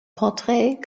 porträt